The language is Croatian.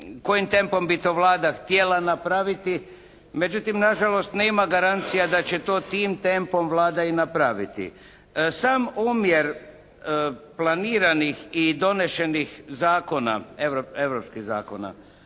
kojim tempom bi to Vlada htjela napraviti. Međutim, nažalost nema garancija da će to tim tempom Vlada i napraviti. Sam omjer planiranih i donešenih zakona, europskih zakona